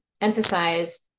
emphasize